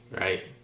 right